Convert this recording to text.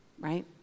right